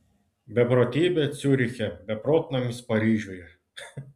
beprotybė ciuriche beprotnamis paryžiuje